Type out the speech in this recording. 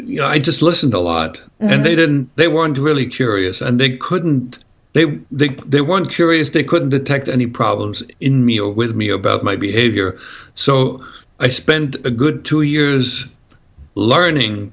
you know i just listened a lot and they didn't they weren't really curious and they couldn't they they they weren't curious they couldn't detect any problems in me or with me about my behavior so i spent a good two years learning